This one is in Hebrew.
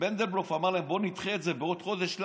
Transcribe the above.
מנדלבלוף אמר להם: בואו נדחה את זה בעוד חודש.